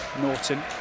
Norton